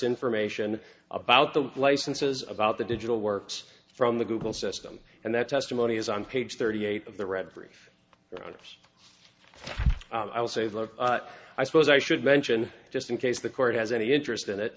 information about the licenses about the digital works from the google system and that testimony is on page thirty eight of the referee rounds i will say though i suppose i should mention just in case the court has any interest in it